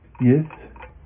Yes